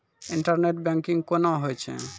Internet banking कोना होय छै?